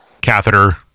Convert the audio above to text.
catheter